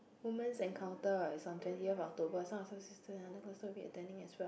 women encounter it's on twentieth October go attending as well